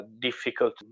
difficult